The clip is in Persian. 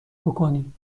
بکنی